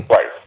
Right